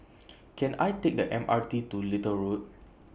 Can I Take The M R T to Little Road